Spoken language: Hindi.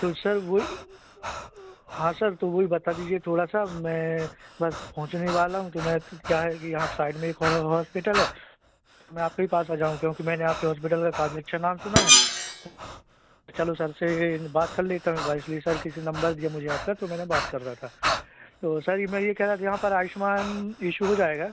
तो सर वही हाँ सर तो वही बता दीजिए थोड़ा सा मैं बस पहुँचने ही वाला हूँ तो मैं तो क्या है कि यहाँ साइड में ही एक हमारा हॉस्पिटल है तो मैं आपके ही पास आ जाऊँ क्योंकि मैंने आपके हॉस्पिटल का काफ़ी अच्छा नाम सुना है तो चलो सर से बात कर लेता हूँ एक बार इसलिए सर किसी नम्बर दिया मुझे आपका तो मैं बात कर रहा था तो सर यह मैं यह कह रहा था यहाँ पर आयुष्मान ईश्यू हो जाएगा